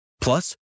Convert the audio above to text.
Plus